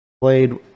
played